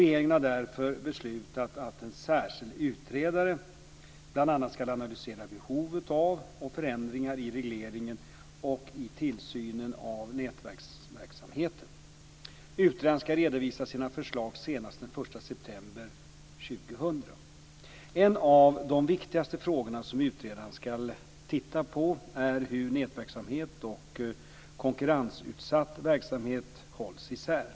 Regeringen har därför beslutat att en särskild utredare bl.a. ska analysera behovet av förändringar i regleringen och i tillsynen av nätverksamheten. Utredaren ska redovisa sina förslag senast den En av de viktigaste frågorna som utredaren ska titta på är hur nätverksamhet och konkurrensutsatt verksamhet hålls isär.